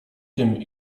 tym